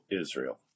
Israel